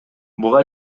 буга